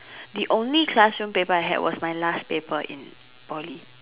the only classroom paper I had was my last paper in Poly